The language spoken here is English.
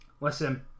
listen